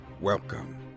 Welcome